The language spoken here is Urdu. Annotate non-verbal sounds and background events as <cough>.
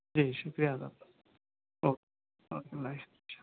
جی شکریہ اللہ حافظ او کے اوکے <unintelligible>